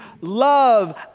love